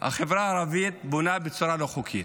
למה החברה הערבית בונה בצורה לא חוקית?